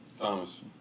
Thomas